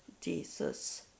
Jesus